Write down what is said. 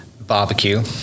Barbecue